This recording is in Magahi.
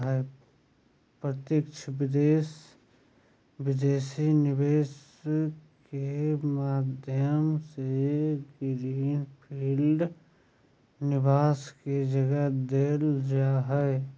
प्रत्यक्ष विदेशी निवेश के माध्यम से ग्रीन फील्ड निवेश के जगह देवल जा हय